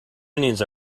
onions